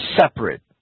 separate